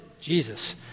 Jesus